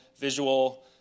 visual